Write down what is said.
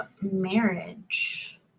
marriage